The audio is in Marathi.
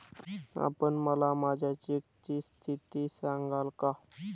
आपण मला माझ्या चेकची स्थिती सांगाल का?